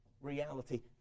reality